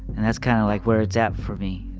and that's kind of like where it's at for me.